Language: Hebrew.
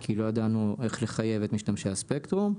כי לא ידענו איך לחייב את משתמשי הספקטרום.